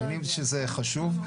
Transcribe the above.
אנחנו מאמינים שזה חשוב,